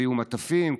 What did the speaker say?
הביאו מטפים,